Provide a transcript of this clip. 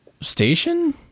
Station